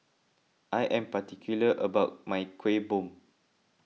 I am particular about my Kueh Bom